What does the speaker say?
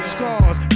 Scars